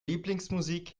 lieblingsmusik